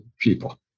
people